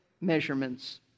measurements